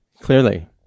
clearly